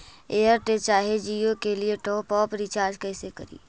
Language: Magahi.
एयरटेल चाहे जियो के लिए टॉप अप रिचार्ज़ कैसे करी?